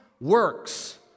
works